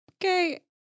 Okay